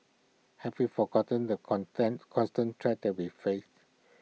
have we forgotten the constant threats that we face